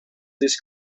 this